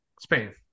Spain